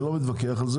אני לא מתווכח על כך,